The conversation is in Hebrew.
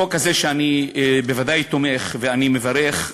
החוק הזה, שאני בוודאי תומך בו, ואני מברך,